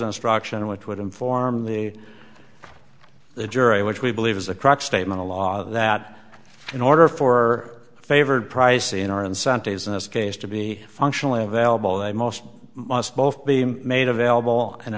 instruction which would inform the jury which we believe is a crock statement of law that in order for favored price in our incentives in this case to be functionally available they most must both be made available